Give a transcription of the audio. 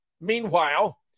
Meanwhile